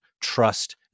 trust